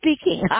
speaking